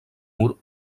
mur